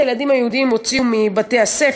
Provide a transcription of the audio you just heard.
אפילו את הילדים היהודים הוציאו מבתי-הספר,